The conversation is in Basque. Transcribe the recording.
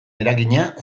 eragina